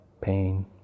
pain